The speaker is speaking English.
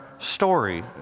Story